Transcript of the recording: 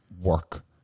work